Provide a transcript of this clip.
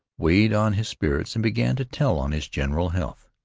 weighed on his spirits and began to tell on his general health.